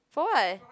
for [what]